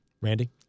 Randy